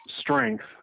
strength